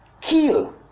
kill